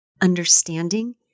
understanding